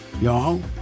y'all